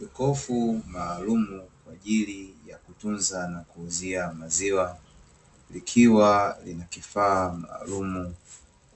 Jokofu maalumu kwa ajili ya kutunza na kuuzia maziwa, ikiwa ni kifaa maalumu